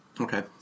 Okay